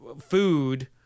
food